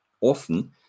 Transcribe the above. often